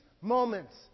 moments